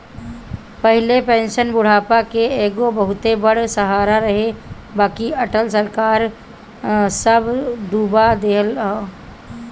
पहिले पेंशन बुढ़ापा के एगो बहुते बड़ सहारा रहे बाकि अटल सरकार सब डूबा देहलस